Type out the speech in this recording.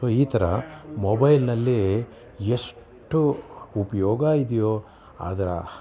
so ಈ ಥರ ಮೊಬೈಲ್ನಲ್ಲಿ ಎಷ್ಟು ಉಪಯೋಗ ಇದೆಯೋ ಅದರ